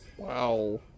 Wow